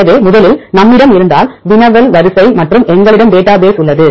எனவே முதலில் நம்மிடம் வினவல் வரிசை மற்றும் எங்களிடம் டேட்டாபேஸ் உள்ளது